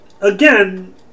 again